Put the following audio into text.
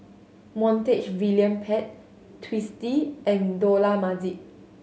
Montague William Pett Twisstii and Dollah Majid